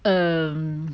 um